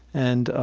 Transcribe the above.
and